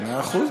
מאה אחוז.